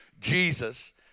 Jesus